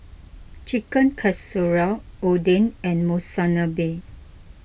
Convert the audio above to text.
Chicken Casserole Oden and Monsunabe